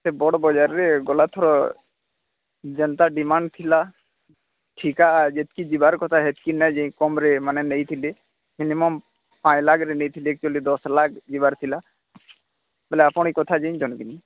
ସେ ବଡ଼ ବଜାରରେ ଗଲା ଥର ଯେମିତି ଡିମାଣ୍ଡ୍ ଥିଲା ଠିକା ଯେତିକି ଯିବାର କଥା ସେତିକି ନ ଯାଇ କମ୍ରେ ମାନେ ନେଇ ଥିଲେ ମିନିମମ୍ ପାଞ୍ଚ ଲକ୍ଷରେ ନେଇ ଥିଲେ ଆକ୍ଚୁଆଲି ଦଶ ଲକ୍ଷ ଯିବାର ଥିଲା ବୋଲେ ଆପଣ ଏଇ କଥା ଜାଣି ଜାଣିଛନ୍ତି